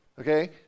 okay